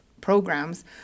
programs